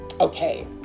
okay